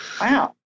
Wow